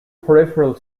peripheral